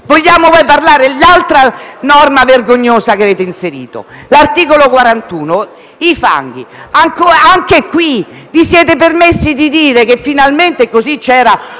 Vogliamo poi parlare dell'altra norma vergognosa che avete inserito? L'articolo 41 sui fanghi. Anche qui vi siete permessi di dire che in questo modo